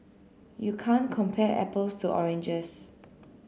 you can't compare apples to oranges